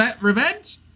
revenge